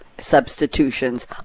substitutions